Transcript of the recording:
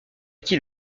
qui